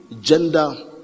gender